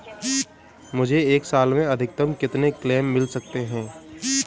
मुझे एक साल में अधिकतम कितने क्लेम मिल सकते हैं?